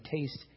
taste